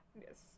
Yes